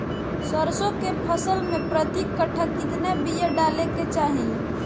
सरसों के फसल में प्रति कट्ठा कितना बिया डाले के चाही?